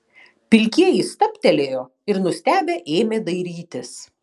pilkieji stabtelėjo ir nustebę ėmė dairytis